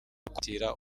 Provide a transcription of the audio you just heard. kwakira